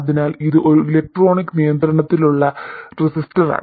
അതിനാൽ ഇത് ഒരു ഇലക്ട്രോണിക് നിയന്ത്രണത്തിലുള്ള റെസിസ്റ്ററാണ്